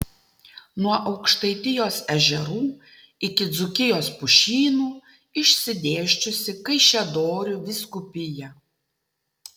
nuo aukštaitijos ežerų iki dzūkijos pušynų išsidėsčiusi kaišiadorių vyskupija